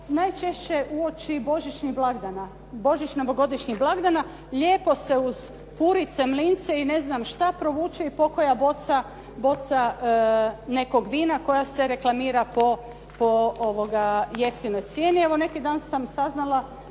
najčešće uoči Božićnih blagdana, Božić, novogodišnjih blagdana lijepo se uz purice, mlince i ne znam šta provuče i pokoja boca nekog vina koja se reklamira po jeftinoj cijeni. Evo neki dan sam saznala